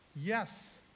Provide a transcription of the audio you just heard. Yes